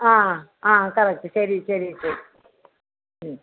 ആ ആ കറക്റ്റ് ശരി ശരി ശരി